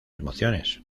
emociones